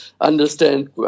understand